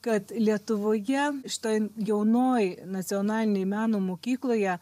kad lietuvoje šitoj jaunoj nacionalinėj meno mokykloje